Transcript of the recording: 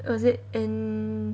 was it in